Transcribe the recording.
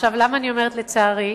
למה אני אומרת "לצערי"?